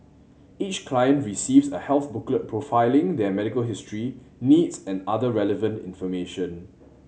each client receives a health booklet profiling their medical history needs and other relevant information